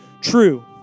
true